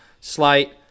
slight